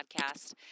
podcast